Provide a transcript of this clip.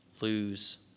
lose